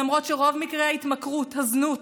למרות שרוב מקרי ההתמכרות, הזנות,